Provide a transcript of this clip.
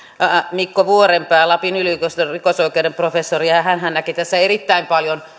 mikko vuorenpää lapin yliopiston rikosoikeuden professori ja ja hänhän näki tässä erittäin paljon